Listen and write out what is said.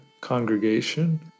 congregation